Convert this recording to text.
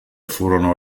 furono